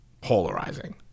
polarizing